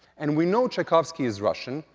and we know tchaikovsky is russian.